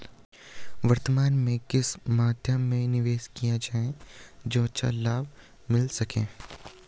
वर्तमान में किस मध्य में निवेश किया जाए जो अच्छा लाभ मिल सके?